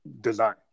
design